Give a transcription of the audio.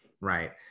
Right